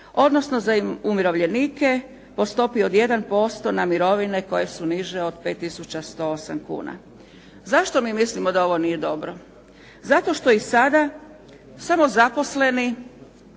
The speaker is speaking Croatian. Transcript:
odnosno za umirovljenike po stopi od 1% na mirovine koje su niže od 5 tisuća 108 kuna. Zašto mi mislimo da ovo nije dobro? Zato što i sada samo zaposleni